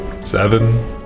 seven